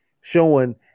showing